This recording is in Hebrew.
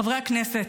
חברי הכנסת,